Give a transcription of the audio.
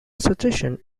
suggestion